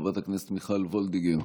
חברת הכנסת מיכל וולדיגר,